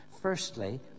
Firstly